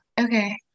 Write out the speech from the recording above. Okay